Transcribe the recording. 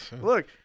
look